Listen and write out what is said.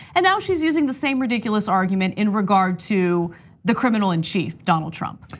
and now she's using the same ridiculous argument in regard to the criminal in chief, donald trump.